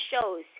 shows